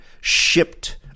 shipped